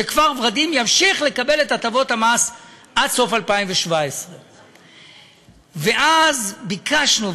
שכפר ורדים ימשיך לקבל את הטבות המס עד סוף 2017. ואז ביקשנו,